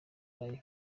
live